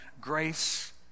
grace